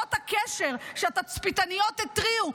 שעות הקשר שהתצפיתניות התריעו,